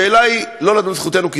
השאלה היא לא אם זו זכותנו,